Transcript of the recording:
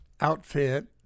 outfit